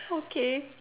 okay